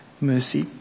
mercy